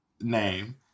name